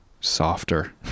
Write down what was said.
softer